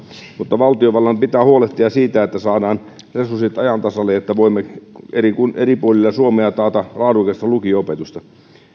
mutta valtiovallan pitää huolehtia siitä että saadaan resurssit ajan tasalle niin että voimme eri puolilla suomea taata laadukkaan lukio